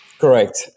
Correct